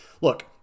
Look